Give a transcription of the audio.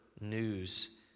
news